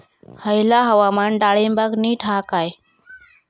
हयला हवामान डाळींबाक नीट हा काय?